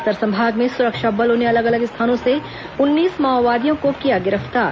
बस्तर संभाग में सुरक्षा बलों ने अलग अलग स्थानों से उन्नीस माओवादियों को किया गिरफ्तार